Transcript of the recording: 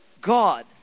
God